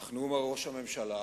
אך נאום ראש הממשלה,